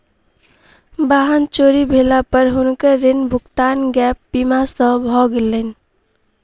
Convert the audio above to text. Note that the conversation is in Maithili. वाहन चोरी भेला पर हुनकर ऋण भुगतान गैप बीमा सॅ भ गेलैन